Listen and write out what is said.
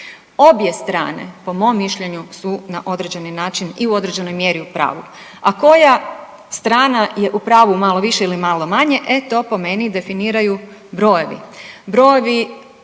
Obje strane po mom mišljenju su na određeni način i u određenoj mjeri u pravu, a koja strana je u pravu malo više ili malo manje, e to po meni definiraju brojevi,